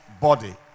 body